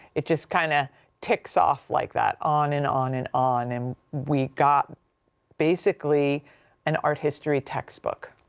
it just kind of ticks off like that on and on and on and we got basically an art history textbook.